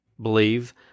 believe